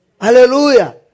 Hallelujah